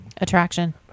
Attraction